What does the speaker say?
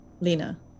Lena